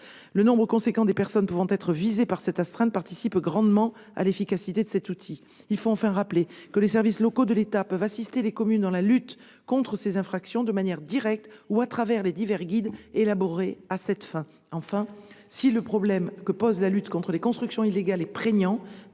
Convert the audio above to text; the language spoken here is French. Le nombre élevé des personnes pouvant être visées par cette astreinte participe grandement à l'efficacité de l'outil. Il faut enfin rappeler que les services locaux de l'État peuvent assister les communes dans la lutte contre ces infractions, de manière directe ou au travers des divers guides élaborés à cette fin. En résumé, si le problème que pose la lutte contre les constructions illégales est prégnant,